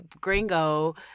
gringo